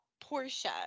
Portia